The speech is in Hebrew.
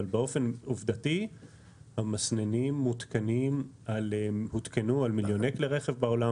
אבל באופן עובדתי המסננים הותקנו על מיליוני כלי רכב בעולם